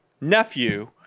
nephew